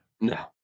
No